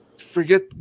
Forget